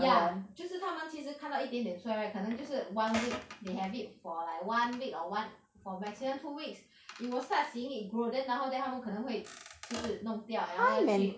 ya 就是他们其实看到一点点出来可能就是 one week we have it for like one week or one for maximum two weeks you will start seeing it grow then 然后 then 他们可能会就是弄掉 then 然后去